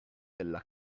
della